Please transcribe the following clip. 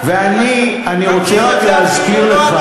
1.2 מיליארד לבריאות?